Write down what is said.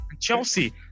Chelsea